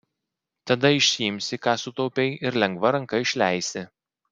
tada išsiimsi ką sutaupei ir lengva ranka išleisi